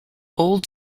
old